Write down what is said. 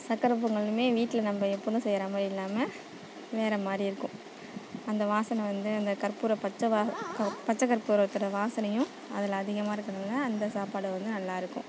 சக்கரை பொங்கலும் வீட்டில் நம்ம எப்போதும் செய்கிற மாதிரி இல்லாமல் வேற மாதிரி இருக்கும் அந்த வாசனை வந்து அந்த கற்பூர பச்சை பச்சை கற்பூரத்தோடய வாசனையும் அதில் அதிகமாக இருக்கணும்னா அந்த சாப்பாடு வந்து நல்லாயிருக்கும்